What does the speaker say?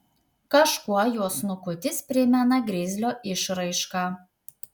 kažkuo jo snukutis primena grizlio išraišką